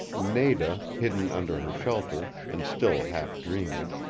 nada, hidden under her shelter, and still half dreaming,